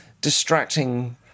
distracting